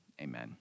amen